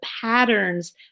patterns